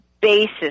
basis